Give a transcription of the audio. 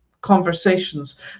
conversations